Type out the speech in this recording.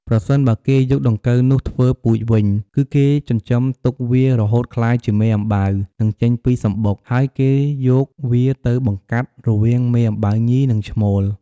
ប្រសិនបើគេយកដង្កូវនោះធ្វើពូជវិញ គឺគេចិញ្ចឹមទុកវារហូតក្លាយជាមេអំបៅ នឹងចេញពីសំបុក ហើយគេយកវាទៅបង្កាត់ រវាងមេអំបៅញី និងឈ្មោល។